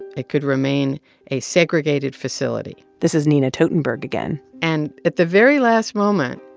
it could remain a segregated facility this is nina totenberg again and at the very last moment,